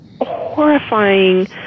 horrifying